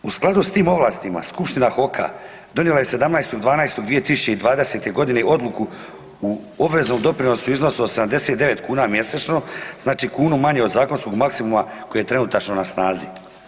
U skladu s tim ovlastima skupština HOK-a donijela je 17.12.2020. godine odluku o obveznom doprinosu u iznosu od 79 kuna mjesečno, znači kunu manje od zakonskog maksimuma koji je trenutačno na snazi.